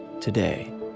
today